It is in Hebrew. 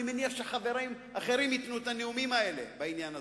ואני מניח שחברים אחרים ייתנו את הנאומים האלה בעניין הזה.